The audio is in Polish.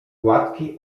gładki